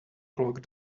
clock